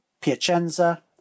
Piacenza